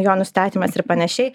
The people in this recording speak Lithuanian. jo nustatymas ir panašiai